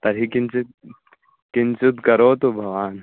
तर्हि किञ्चित् किञ्चिद् करोतु भवान्